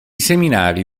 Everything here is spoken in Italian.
seminari